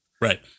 right